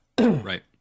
right